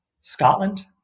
Scotland